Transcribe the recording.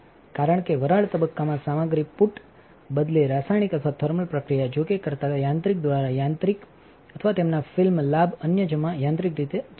કારણ કેવરાળ તબક્કામાં સામગ્રી પુટ બદલે રાસાયણિક અથવા થર્મલ પ્રક્રિયા જોકે કરતાં યાંત્રિક દ્વારા યાંત્રિક dislodging અથવા તેમના ફિલ્મ લાભ અન્ય જમા યાંત્રિક રીતે જેવી છે